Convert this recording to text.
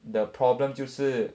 the problem 就是